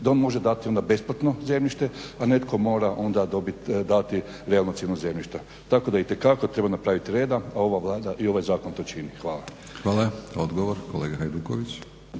da on može dati onda besplatno zemljište, pa netko mora onda dobiti, dati realnu cijenu zemljišta. Tako da itekako treba napravit reda, a ova Vlada i ovaj Zakon to čini. Hvala. **Batinić, Milorad (HNS)** Hvala. Odgovor, kolega Hajduković.